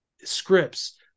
scripts